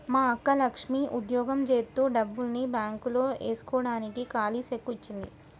మా అక్క లక్ష్మి ఉద్యోగం జేత్తు డబ్బుల్ని బాంక్ లో ఏస్కోడానికి కాలీ సెక్కు ఇచ్చింది